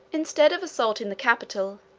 instead of assaulting the capital,